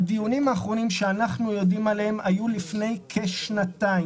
הדיונים האחרונים שאנחנו יודעים עליהם היו לפני כשנתיים.